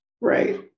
Right